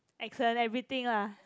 accent everything lah